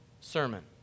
sermon